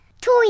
Toy